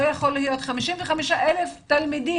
לא יכול להיות ש-55,000 תלמידים,